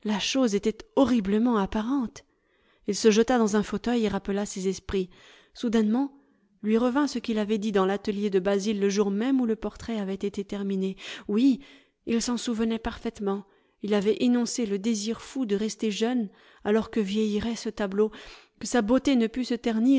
chose était horriblement apparente il se jeta dans un fauteuil et rappela ses esprits soudainement lui revint ce qu'il avait dit dans l'atelier de basil le jour même où le portrait avait été terminé oui il s'en souvenait parfaitement il avait énoncé le désir fou de rester jeune alors que vieillirait ce tableau que sa beauté ne pût se ternir